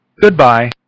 Goodbye